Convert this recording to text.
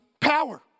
power